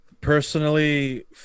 personally